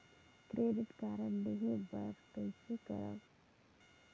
Credit card लेहे बर कइसे करव?